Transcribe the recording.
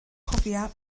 cofia